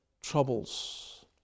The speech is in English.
troubles